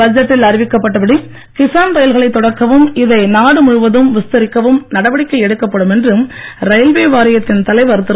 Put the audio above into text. பட்ஜெட்டில் அறிவிக்கப்பட்டபடி கிசான் ரயில்களைத் தொடக்கவும் இதை நாடு முழுவதும் விஸ்தரிக்கவும் நடவடிக்கை எடுக்கப்படும் என்று ரயில்வே வாரியத்தின் தலைவர் திரு